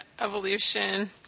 evolution